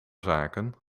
zaken